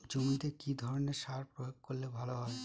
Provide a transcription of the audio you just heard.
জমিতে কি ধরনের সার প্রয়োগ করলে ভালো হয়?